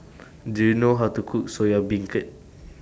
Do YOU know How to Cook Soya Beancurd